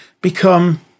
become